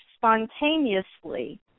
spontaneously